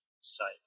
site